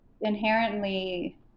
inherently